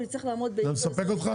יצטרך לעמוד בתקנים --- זה מספק אותך?